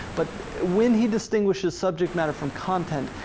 but when he distinguishes subject matter from content,